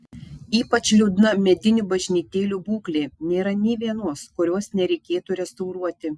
ypač liūdna medinių bažnytėlių būklė nėra nė vienos kurios nereikėtų restauruoti